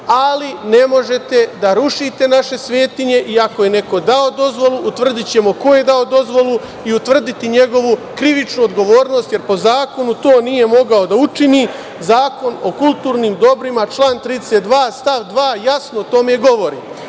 ali ne možete da rušite naše svetinje i ako je neko dao dozvolu, utvrdićemo ko je dao dozvolu i utvrditi njegovu krivičnu odgovornost, jer po zakonu to nije mogao da učini, Zakon o kulturnim dobrima, član 32. stav 2. jasno o tome govori. Takođe,